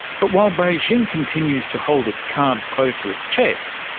but while beijing continues to hold its cards close to its chest,